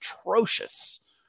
atrocious